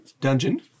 dungeon